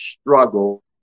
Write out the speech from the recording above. struggle